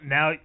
Now